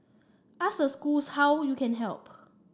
ask the schools how you can help